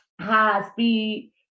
high-speed